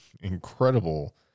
incredible